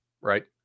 right